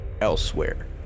elsewhere